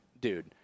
dude